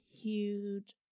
huge